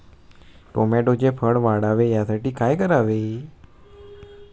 टोमॅटोचे फळ वाढावे यासाठी काय करावे?